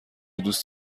دوست